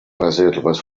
reserves